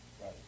Right